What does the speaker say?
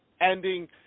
ending